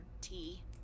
tea